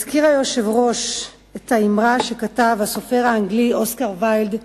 הזכיר היושב-ראש את האמרה שכתב הסופר האנגלי אוסקר ויילד: